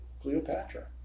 Cleopatra